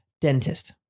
dentist